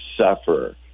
suffer